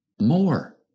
More